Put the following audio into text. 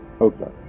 Okay